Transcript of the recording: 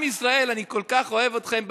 עם ישראל, אני כל כך אוהב אתכם.